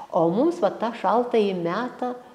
o mums va tą šaltąjį metą